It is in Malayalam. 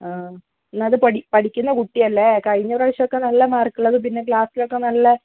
ആ ഒന്നാമത് പഠിക്കുന്ന കുട്ടിയല്ലേ കഴിഞ്ഞപ്രാവശ്യം ഒക്കെ നല്ല മാർക്കുള്ളതും പിന്നെ ക്ലാസ്സിലൊക്കെ നല്ല